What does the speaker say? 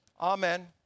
Amen